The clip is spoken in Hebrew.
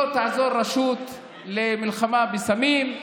לא תעזור רשות למלחמה בסמים,